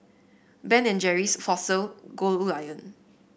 Ben and Jerry's Fossil